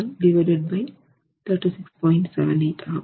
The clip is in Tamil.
78 ஆகும்